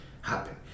happen